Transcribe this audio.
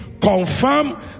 Confirm